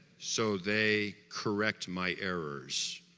so they, correct my errors,